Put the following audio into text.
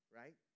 right